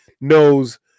knows